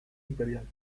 imperial